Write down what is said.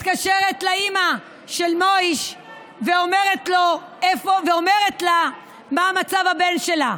מתקשרת לאימא של מויש ואומרת לה מה מצב הבן שלה.